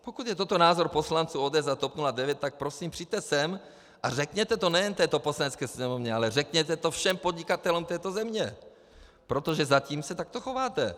Pokud je toto názor poslanců ODS a TOP 09, tak prosím, přijďte sem a řekněte to nejen této Poslanecké sněmovně, ale řekněte to všem podnikatelům této země, protože zatím se takto chováte.